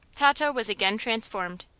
tato was again transformed.